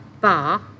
bar